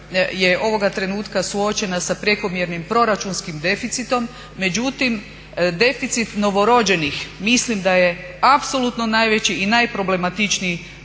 je ovoga trenutka suočena sa prekomjernim proračunskim deficitom, međutim deficit novorođenih mislim da je apsolutno najveći i najproblematičniji